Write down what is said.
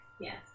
Yes